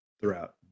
throughout